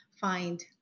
find